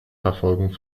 verfolgung